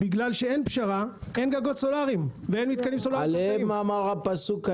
בגלל שאין פשרה אין גגות סולאריים או מתקנים סולאריים --- אמר הפסוק,